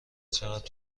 چقدر